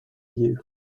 you